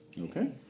Okay